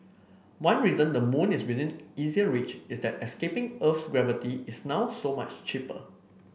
one reason the moon is within easier reach is that escaping Earth's gravity is now so much cheaper